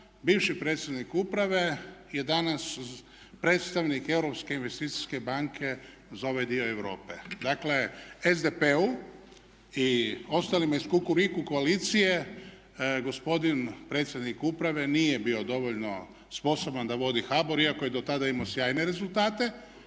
bivši predsjednik uprave je danas predstavnik Europske investicijske banke za ovaj dio Europe. Dakle, SDP-u i ostalima iz Kukuriku koalicije, gospodin predsjednik uprave nije bio dovoljno sposoban da vodi HBOR iako je do tada imao sjajne rezultate,